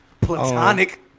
Platonic